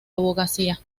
abogacía